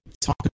talk